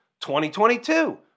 2022